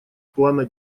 плана